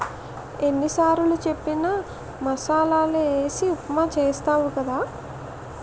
ఎన్ని సారులు చెప్పిన మసాలలే వేసి ఉప్మా చేస్తావు కదా